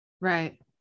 Right